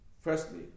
firstly